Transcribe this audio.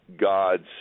God's